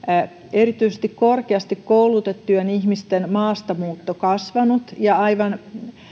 erityisesti korkeasti koulutettujen ihmisten maastamuutto kasvanut aivan